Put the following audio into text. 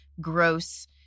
gross